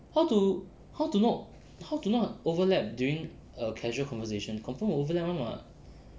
how to how to not how to not overlap during a casual conversation confirm will overlapped [one] [what]